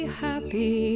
happy